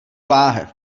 láhev